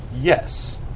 Yes